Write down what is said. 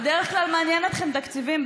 בדרך כלל מעניינים אתכם תקציבים,